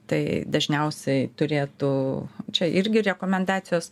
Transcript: tai dažniausiai turėtų čia irgi rekomendacijos